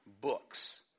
books